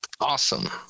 Awesome